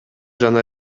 жана